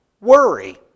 worry